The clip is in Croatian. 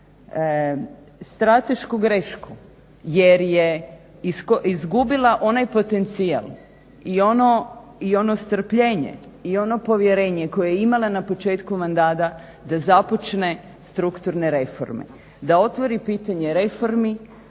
stratešku grešku, jer je izgubila onaj potencijal i ono strpljenje i ono povjerenje koje je imala na početku mandata da započne strukturne reforme, da otvori pitanje reformi